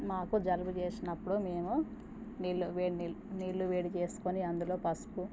మాకు జలుబు చేసినప్పుడు మేము నీళ్ళు వేడినీళ్ళు నీళ్ళు వేడిచేసుకొని అందులో పసుపు